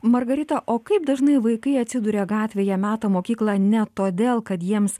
margarita o kaip dažnai vaikai atsiduria gatvėje meta mokyklą ne todėl kad jiems